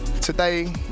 today